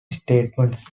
statements